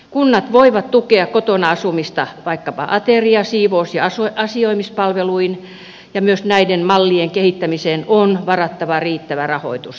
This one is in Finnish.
kunnat voivat tukea kotona asumista vaikkapa ateria siivous ja asioimispalveluin ja myös näiden mallien kehittämiseen on varattava riittävä rahoitus